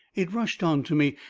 it rushed onto me,